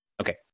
Okay